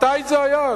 מתי זה היה?